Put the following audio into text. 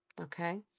Okay